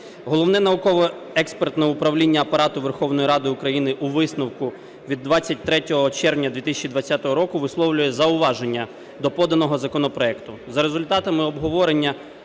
Головне науково-експертне управління Апарату Верховної Ради України у висновку від 23 червня 2020 року висловлює зауваження до поданого законопроекту.